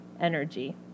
energy